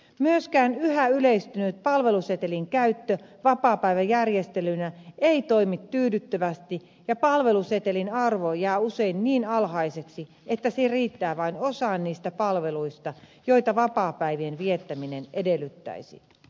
myöskään yhä yleistynyt palvelusetelin käyttö vapaapäiväjärjestelynä ei toimi tyydyttävästi ja palvelusetelin arvo jää usein niin alhaiseksi että se riittää vain osaan niistä palveluista joita vapaapäivien viettäminen edellyttäisi